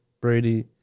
Brady